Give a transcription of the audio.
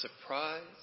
surprise